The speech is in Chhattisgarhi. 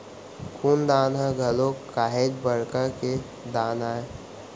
खून दान ह घलोक काहेच बड़का के दान आय